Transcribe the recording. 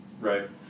Right